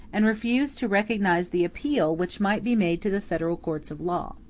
and refused to recognize the appeal which might be made to the federal courts of law.